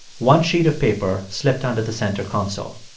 one sheet of paper slipped under the center console.